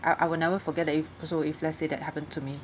I I will never forget if also if let's say that happened to me